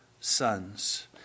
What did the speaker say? sons